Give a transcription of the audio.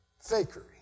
fakery